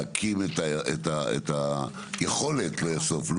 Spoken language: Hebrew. להקים את היכולת לאסוף.